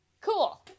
Cool